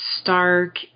stark